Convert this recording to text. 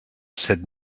set